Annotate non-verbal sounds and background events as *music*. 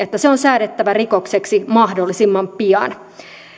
*unintelligible* että se on säädettävä rikokseksi mahdollisimman pian